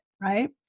right